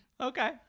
Okay